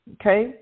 okay